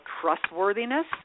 trustworthiness